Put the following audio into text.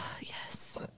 yes